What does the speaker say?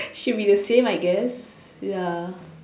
should be the same I guess ya